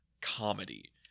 comedy